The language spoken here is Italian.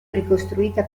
ricostruita